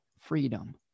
freedom